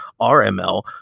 RML